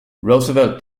roosevelt